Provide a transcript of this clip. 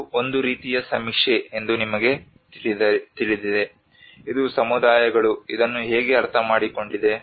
ಇದು ಒಂದು ರೀತಿಯ ಸಮೀಕ್ಷೆ ಎಂದು ನಿಮಗೆ ತಿಳಿದಿದೆ ಇದು ಸಮುದಾಯಗಳು ಇದನ್ನು ಹೇಗೆ ಅರ್ಥಮಾಡಿಕೊಂಡಿದೆ